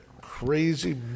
crazy